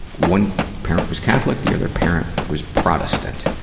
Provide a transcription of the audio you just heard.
one parent was catholic, the other parent was protestant.